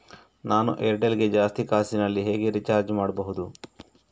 ನಾವು ಏರ್ಟೆಲ್ ಗೆ ಜಾಸ್ತಿ ಕಾಸಿನಲಿ ಹೇಗೆ ರಿಚಾರ್ಜ್ ಮಾಡ್ಬಾಹುದು?